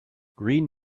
green